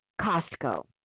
Costco